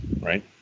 right